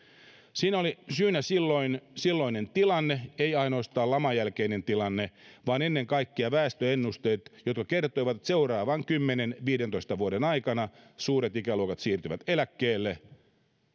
siihen oli syynä silloinen tilanne ei ainoastaan laman jälkeinen tilanne vaan ennen kaikkea väestöennusteet jotka kertoivat että seuraavan kymmenen viiva viidentoista vuoden aikana suuret ikäluokat siirtyvät eläkkeelle